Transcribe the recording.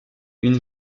une